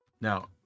Now